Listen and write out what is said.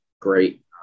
great